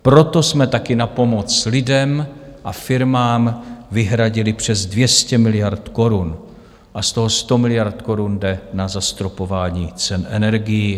Proto jsme taky na pomoc lidem a firmám vyhradili přes 200 miliard korun a z toho 100 miliard korun jde na zastropování cen energií.